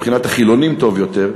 מבחינת החילונים טוב יותר,